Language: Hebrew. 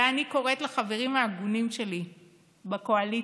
אני קוראת לחברים ההגונים שלי בקואליציה,